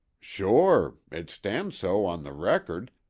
sure it stan's so on the record,